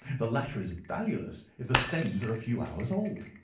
the latter is valueless if the stains are a few hours old.